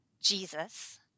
Jesus